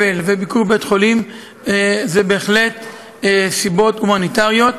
אבל וביקור בבית-חולים הם בהחלט סיבות הומניטריות.